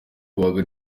kwa